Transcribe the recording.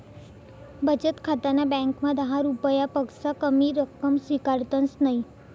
बचत खाताना ब्यांकमा दहा रुपयापक्सा कमी रक्कम स्वीकारतंस नयी